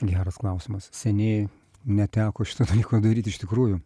geras klausimas seniai neteko šito dalyko daryt iš tikrųjų